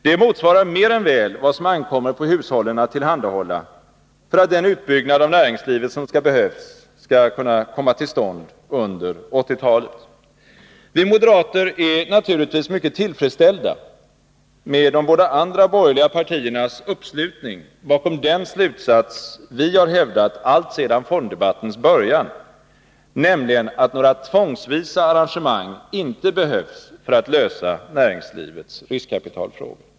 Det motsvarar mer än väl vad som ankommer på hushållen att tillhandahålla för att den utbyggnad av näringslivet som behövs skall kunna komma till stånd under 1980-talet. Vi moderater är naturligtvis mycket tillfredsställda med de båda andra borgerliga partiernas uppslutning bakom den slutsats vi har hävdat alltsedan fonddebattens början, nämligen att några tvångsvisa arrangemang inte behövs för att lösa näringslivets riskkapitalfråga.